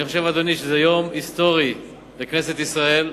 אני חושב, אדוני, שזה יום היסטורי לכנסת ישראל,